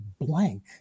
blank